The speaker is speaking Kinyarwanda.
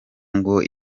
ngo